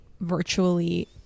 virtually